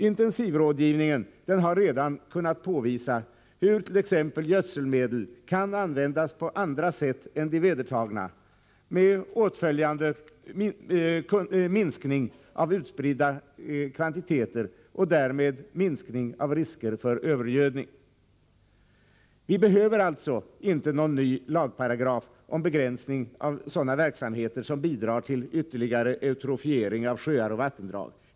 Intensivrådgivningen har redan kunnat påvisa hur t.ex. gödselmedel kan användas på andra sätt än de vedertagna, med åtföljande minskning av utspridda kvantiteter och därmed minskning av riskerna för övergödning. Vi behöver alltså inte någon ny lagparagraf om begränsning av sådana verksamheter som bidrar till eutrofiering av sjöar och vattendrag.